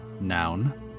Noun